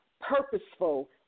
purposeful